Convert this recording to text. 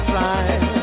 time